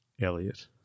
Elliot